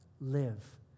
live